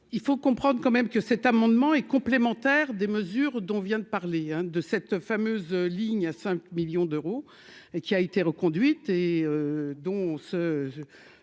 Il faut comprendre quand même que cet amendement est complémentaire des mesures dont vient de parler, hein, de cette fameuse ligne à 5 millions d'euros, qui a été reconduite et dont ce